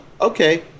okay